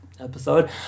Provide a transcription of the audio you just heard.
episode